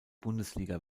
bundesliga